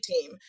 team